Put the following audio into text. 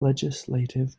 legislative